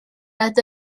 nad